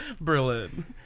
Berlin